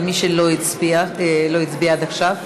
על מי שלא הצביע עד עכשיו.